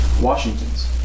Washington's